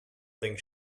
think